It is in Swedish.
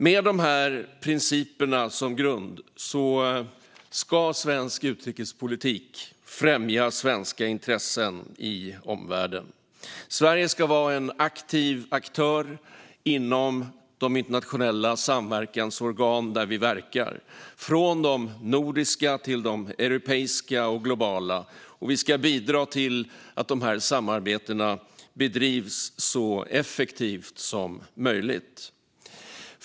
Med dessa principer som grund ska svensk utrikespolitik främja svenska intressen i omvärlden. Sverige ska vara en aktiv aktör inom de internationella samverkansorgan där vi verkar, från de nordiska till de europeiska och globala. Och vi ska bidra till att dessa samarbeten bedrivs så effektivt som möjligt.